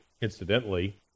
incidentally